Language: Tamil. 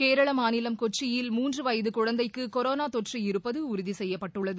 கேரளமாநிலம் கொச்சியில் மூன்றுவயதுகுழந்தைக்குகொரோனாதொற்று இருப்பதஉறுதிசெய்யப்பட்டுள்ளது